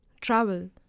travel